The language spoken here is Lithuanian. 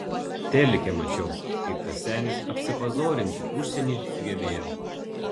telike mačiau kaip tas senis apsipazorinti užsieny sugebėjo